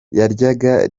yaryaga